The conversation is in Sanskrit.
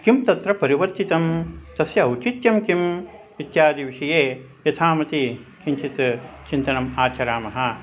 किं तत्र परिवर्तितं तस्य औचित्यं किम् इत्यादिविषये यथामति किञ्चित् चिन्तनम् आचरामः